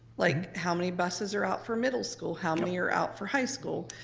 like how many buses are out for middle school? how many are out for high school?